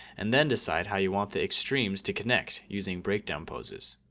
and then decide how you want the extremes to connect using breakdown poses.